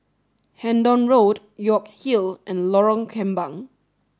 Hendon Road York Hill and Lorong Kembang